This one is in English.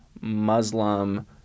Muslim